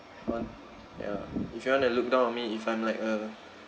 want ya if you want to look down on me if I'm like a